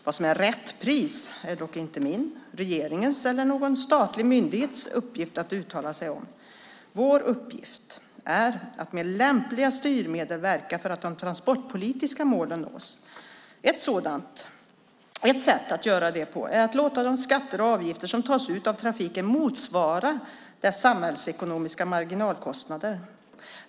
Vad som är rätt pris är det dock inte regeringens eller någon statlig myndighets uppgift att uttala sig om. Vår uppgift är att med lämpliga styrmedel verka för att de transportpolitiska målen nås. Ett sätt att göra det på är att låta de skatter och avgifter som tas ut av trafiken motsvara dess samhällsekonomiska marginalkostnader.